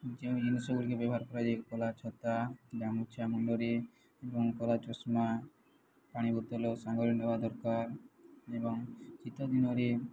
ଯେଉଁ ଜିନିଷ ଗୁଡ଼ିକ ବ୍ୟବହାର କରାଯାଏ କଳା ଛତା ଗାମୁଛା ମୁଣ୍ଡରେ ଏବଂ କଳା ଚଷମା ପାଣି ବୋତଲ ସାଙ୍ଗରେ ନେବା ଦରକାର ଏବଂ ଶୀତ ଦିନରେ